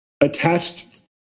attached